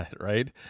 right